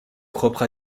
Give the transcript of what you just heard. propre